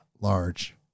large